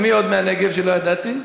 ומי עוד מהנגב שלא ידעתי?